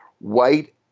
white